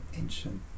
ancient